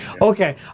Okay